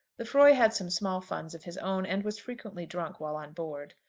lefroy had some small funds of his own, and was frequently drunk while on board.